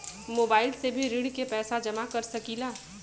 Mobile से भी ऋण के पैसा जमा कर सकी ला?